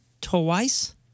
twice